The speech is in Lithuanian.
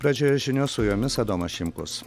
pradžioje žinios su jomis adomas šimkus